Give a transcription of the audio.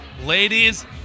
ladies